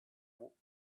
would